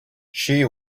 she